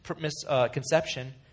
misconception